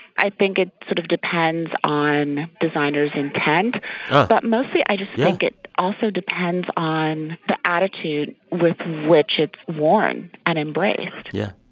i think it sort of depends on designer's intent oh but mostly, i just think. yeah it also depends on the attitude with which it's worn and embraced yeah.